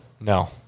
No